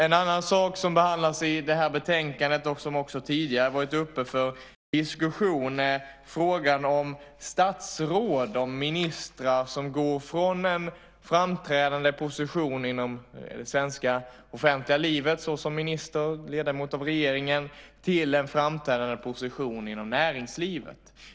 En annan sak som behandlas i betänkandet och som också tidigare har varit uppe för diskussion är frågan om statsråd som går från en framträdande position inom det svenska offentliga livet såsom minister och ledamot av regeringen till en framträdande position inom näringslivet.